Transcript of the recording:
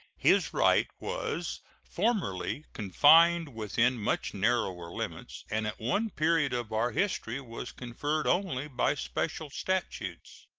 his right was formerly confined within much narrower limits, and at one period of our history was conferred only by special statutes.